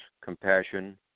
compassion